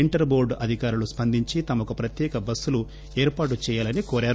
inter టోర్ అధికారులు స్సందించి తమకు ప్రత్యేక బస్సులు ఏర్పాటు చేయాలని కోరారు